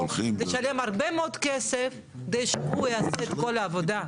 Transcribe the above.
לשלם הרבה מאוד כסף כדי שהוא יעשה את כל העבודה.